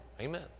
Amen